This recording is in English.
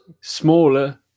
smaller